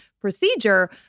procedure